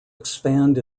expand